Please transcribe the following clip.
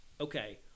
okay